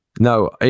No